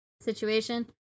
situation